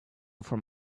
from